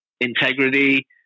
integrity